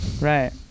Right